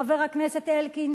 חבר הכנסת אלקין,